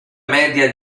media